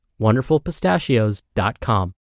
wonderfulpistachios.com